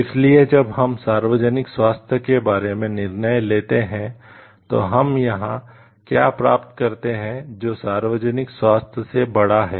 इसलिए जब हम सार्वजनिक स्वास्थ्य के बारे में निर्णय लेते हैं तो हम यहां क्या प्राप्त करते हैं जो सार्वजनिक स्वास्थ्य से बड़ा है